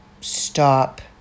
stop